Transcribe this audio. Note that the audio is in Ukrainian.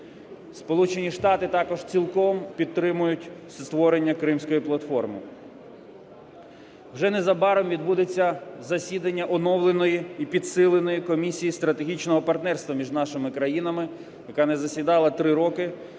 Сполучені Штати також цілком підтримують створення Кримської платформи. Вже незабаром відбудеться засідання оновленої і підсиленої Комісії стратегічного партнерства між нашими країнами, яка не засідала три роки,